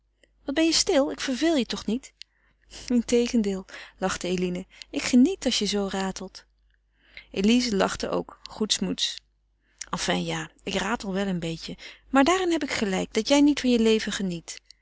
wat ben je stil ik verveel je toch niet integendeel lachte eline ik geniet als je zoo ratelt elize lachte ook goedsmoeds enfin ja ik ratel wel een beetje maar daarin heb ik gelijk dat jij niet van je leven geniet